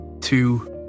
two